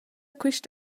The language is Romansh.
quist